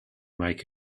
make